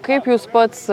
kaip jūs pats